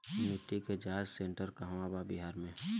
मिटी के जाच सेन्टर कहवा बा बिहार में?